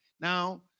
Now